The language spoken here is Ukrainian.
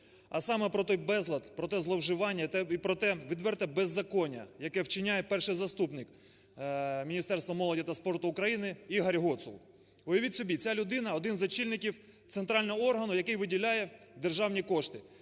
а саме: про той безлад, про те зловживання, про те відверте беззаконня, яке вчиняє перший заступник Міністерства молоді та спорту України Ігор Гоцул. Уявіть собі, ця людина – один з очільників центрального органу, який виділяє державні кошти,